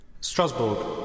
Strasbourg